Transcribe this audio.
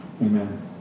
Amen